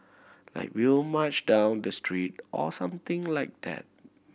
like we will march down the street or something like that